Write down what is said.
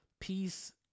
peace